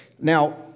Now